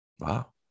Wow